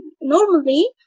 normally